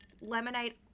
Lemonade